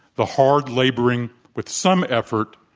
the hard laboring with some effort?